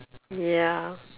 yeah